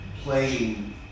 playing